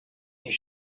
you